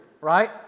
right